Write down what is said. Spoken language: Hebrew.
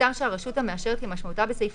נפטר שהרשות המאשרת כמשמעותה בסעיף